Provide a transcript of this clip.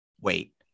wait